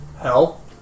hell